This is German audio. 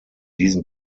diesen